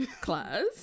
class